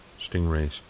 stingrays